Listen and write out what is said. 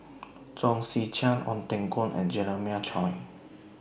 Chong Tze Chien Ong Teng Koon and Jeremiah Choy